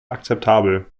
akzeptabel